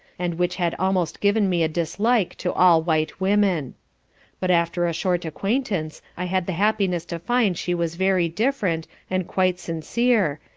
and which had almost given me a dislike to all white women but after a short acquaintance i had the happiness to find she was very different, and quite sincere,